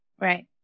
right